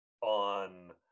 on